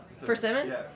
persimmon